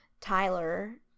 Tyler